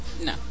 No